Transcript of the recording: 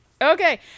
Okay